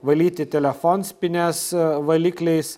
valyti telefonspynes valikliais